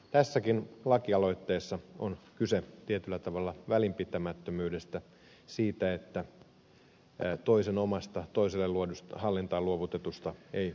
tässäkin lakialoitteessa on kyse tietyllä tavalla välinpitämättömyydestä siitä että toisen omasta toiselle hallintaan luovutetusta ei välitetä